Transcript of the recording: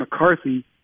McCarthy